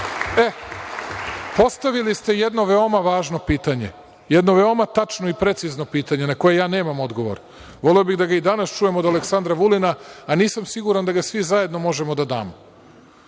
više. Postavili ste jedno veoma važno pitanje, jedno veoma tačno i precizno pitanje na koje nemam odgovor. Voleo bih da ga danas čujem od Aleksandra Vulina, ali nisam siguran da ga svi zajedno možemo da damo.